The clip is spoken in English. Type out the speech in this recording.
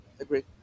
agreed